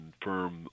firm